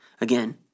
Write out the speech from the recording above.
again